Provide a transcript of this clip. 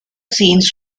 scenes